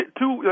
two